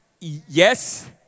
Yes